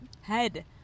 Head